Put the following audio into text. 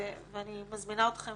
ואני מזמינה אתכם